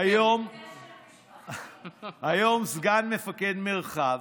היום הוא סגן מפקד מרחב.